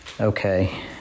okay